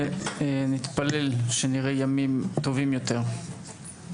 נתפלל שנראה ימים טובים יותר.